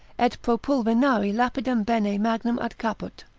et pro pulvinari lapidem bene magnum ad caput,